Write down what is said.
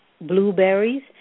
Blueberries